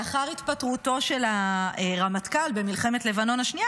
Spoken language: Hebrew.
לאחר התפטרותו של הרמטכ"ל במלחמת לבנון השנייה.